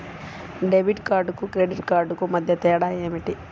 Debit కార్డుకు credit కార్డుకు మధ్య తేడా ఏమిటీ?